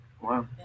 Wow